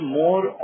more